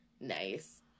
Nice